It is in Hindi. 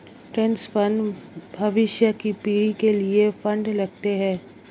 ट्रस्ट फंड भविष्य की पीढ़ी के लिए फंड रखते हैं